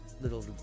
little